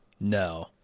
No